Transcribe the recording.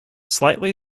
slightly